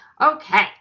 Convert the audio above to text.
Okay